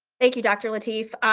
thank you, dr. lateef.